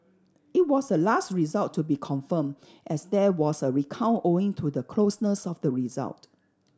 it was the last result to be confirmed as there was a recount owing to the closeness of the result